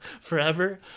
forever